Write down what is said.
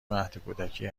مهدکودکی